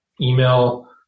email